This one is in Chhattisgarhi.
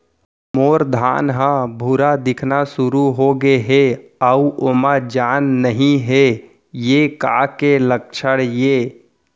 मोर धान ह भूरा दिखना शुरू होगे हे अऊ ओमा जान नही हे ये का के लक्षण ये?